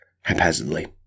haphazardly